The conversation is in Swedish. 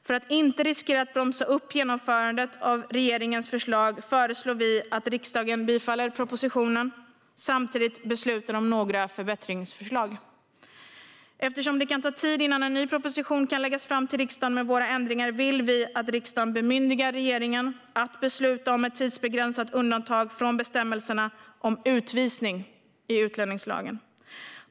För att inte riskera att bromsa upp genomförandet av regeringens förslag föreslår vi att riksdagen bifaller propositionen och samtidigt beslutar om några förbättringsförslag. Eftersom det kan ta tid innan en ny proposition kan läggas fram till riksdagen med våra ändringar vill vi att riksdagen bemyndigar regeringen att besluta om ett tidsbegränsat undantag från bestämmelserna om utvisning i utlänningslagen.